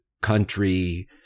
country